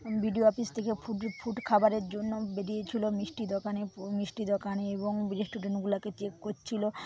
BDO office থেকে food food খাবারের জন্য বেরিয়েছিল মিষ্টির দোকানে মিষ্টির দোকানে এবং রেস্টুরেন্টগুলোকে চেক করছিল